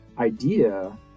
idea